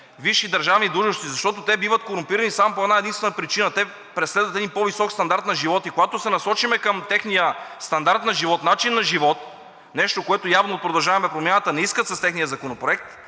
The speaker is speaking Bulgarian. висши държавни длъжности, защото те биват корумпирани само по една-единствена причина – те преследват един по-висок стандарт на живот. Когато се насочим към техния стандарт на живот, начин на живот – нещо, което явно „Продължаваме Промяната“ не искат с техния законопроект,